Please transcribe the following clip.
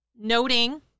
noting